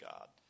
God